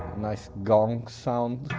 nice gong sound